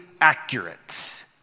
accurate